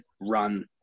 run